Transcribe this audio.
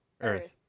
Earth